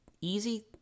easy